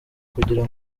kugira